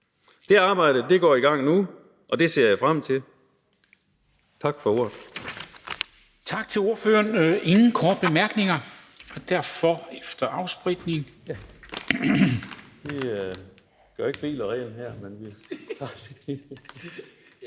Det arbejde går i gang nu, og det ser jeg frem til. Tak for ordet.